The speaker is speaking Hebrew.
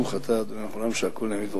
השר נמצא פה.